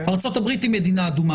ארצות הבריתה היא מדינה אדומה,